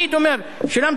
לא, אני כותב 100,000,